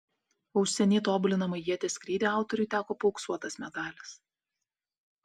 o už seniai tobulinamą ieties skrydį autoriui teko paauksuotas medalis